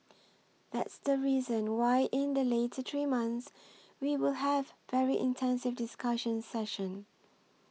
that's the reason why in the later three months we will have very intensive discussion sessions